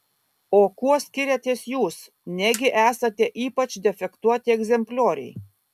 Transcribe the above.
o kuo skiriatės jūs negi esate ypač defektuoti egzemplioriai